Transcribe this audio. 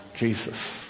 Jesus